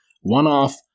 one-off